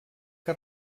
que